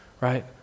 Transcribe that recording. right